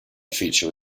feature